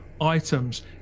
items